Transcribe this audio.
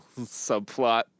subplot